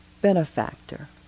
benefactor